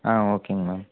ஆ ஓகேங்க மேம்